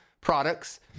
products